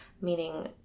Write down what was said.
meaning